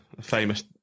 famous